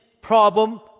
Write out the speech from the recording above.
problem